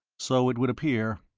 so it would appear.